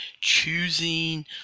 choosing